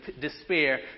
despair